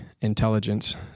intelligence